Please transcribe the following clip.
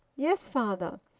yes, father.